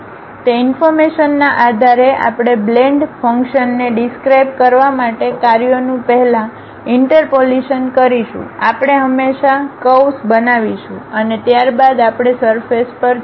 તે ઇન્ફોર્મેશન ના આધારે આપણે બ્લેન્ડ ફંકશનને ડીસક્રાઇબ કરવા માટે કાર્યોનું પહેલા ઇન્ટરપોલીશન કરીશું આપણે હંમેશાં કર્વ્સ બનાવીશું અને ત્યારબાદ આપણે સરફેસ પર જઈશું